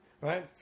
right